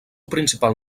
principal